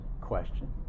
question